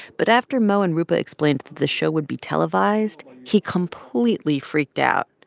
but after mo and roopa explained that the show would be televised, he completely freaked out.